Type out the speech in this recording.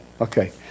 Okay